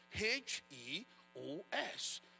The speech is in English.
H-E-O-S